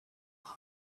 will